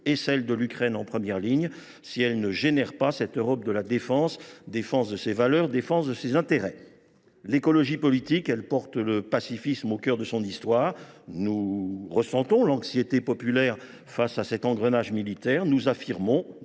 et celle de l’Ukraine en première ligne, si elle n’engendre pas cette Europe de la défense – défense de ses valeurs, défense de ses intérêts. L’écologie politique porte le pacifisme au cœur de son histoire. Nous ressentons donc l’anxiété populaire face à cet engrenage militaire, mais nous affirmons